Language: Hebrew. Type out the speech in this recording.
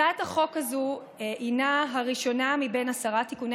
הצעת החוק הזאת היא הראשונה מבין עשרה תיקוני